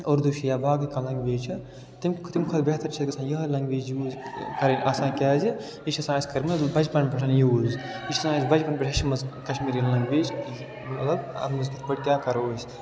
اُردو چھِ یا باقٕے کانٛہہ لنٛگویج چھِ تِم تِم کھۄتہٕ بہتر چھِ اَسہِ گَژھان یِہوٚے لنٛگویج یوٗز کَرٕنۍ آسان کیٛازِ یہِ چھِ آسان اَسہِ بَچپَن پٮ۪ٹھ یوٗز یہِ چھِنَہ اَسہِ بَچپَن پٮ۪ٹھ ہیٚچھمٕژ کشمیٖری لنٛگویج مطلب اَتھ منٛز کِتھ پٲٹھۍ کیٛاہ کَرو أسۍ